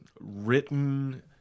written